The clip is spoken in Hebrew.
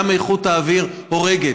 גם איכות האוויר הורגת,